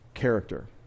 character